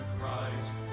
Christ